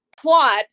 plot